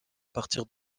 partir